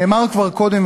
נאמר כבר קודם,